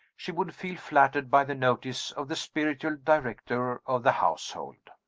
she would feel flattered by the notice of the spiritual director of the household.